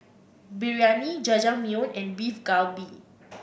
Biryani Jajangmyeon and Beef Galbi